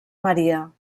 maria